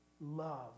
love